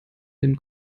den